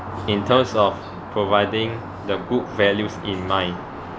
in terms of providing the good values in mind